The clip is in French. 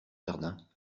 jardin